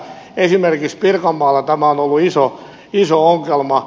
esimerkiksi pirkanmaalla tämä on ollut iso ongelma